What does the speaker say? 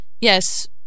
yes